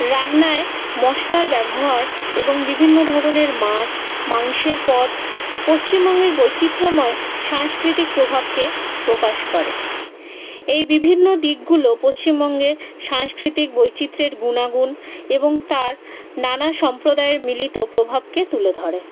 রান্নায় মশলার ব্যবহার এবং বিভিন্ন ধরনের মাছ মাংসের পদ পশ্চিমবঙ্গের বৈচিত্র্যময় সাংস্কৃতিক প্রভাবকে প্রকাশ করে এই বিভিন্ন দিকগুলো পশ্চিমবঙ্গে সাংস্কৃতিক বৈচিত্র্যের গুণাগুণ এবং তার নানা সম্প্রদায়ের মিলিত প্রভাবকে তুলে ধরে